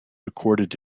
recorded